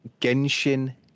Genshin